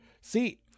See